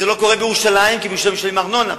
זה לא קורה בירושלים כי בירושלים משלמים ארנונה,